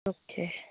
okay